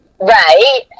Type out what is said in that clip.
Right